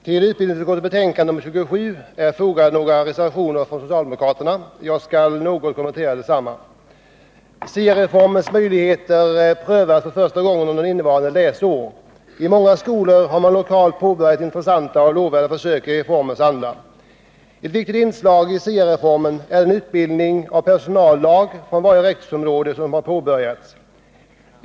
Herr talman! Till utbildningsutskottets betänkande nr 27 är fogade några reservationer från socialdemokraterna. Jag skall något kommentera dessa. SIA-reformens möjligheter prövas för första gången under innevarande läsår. I många skolor har man lokalt påbörjat intressanta och lovvärda försök i reformens anda. Ett viktigt inslag i SIA-reformen är den utbildning av personallag från varje rektorsområde som har påbörjats.